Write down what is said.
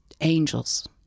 angels